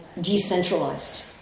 decentralized